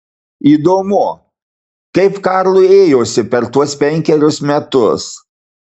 įdomu kaip karlui ėjosi per tuos penkerius metus